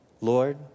Lord